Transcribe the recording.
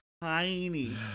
tiny